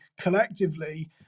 collectively